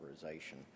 authorization